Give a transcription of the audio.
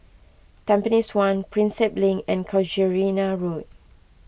Tampines one Prinsep Link and Casuarina Road